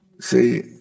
See